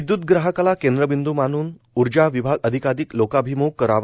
विद्युत ग्राहकाला केंद्रबिंदू मानून ऊर्जा विभाग अधिकाधिक लोकाभिम्ख करावा